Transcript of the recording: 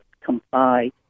comply